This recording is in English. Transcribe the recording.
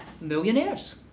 millionaires